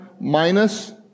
minus